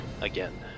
again